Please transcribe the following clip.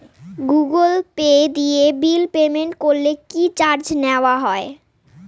Google Pay দিয়ে bill payment করলে কি চার্জ নেওয়া হয়?